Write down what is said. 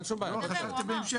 לא, חשבתי בהמשך.